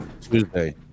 Tuesday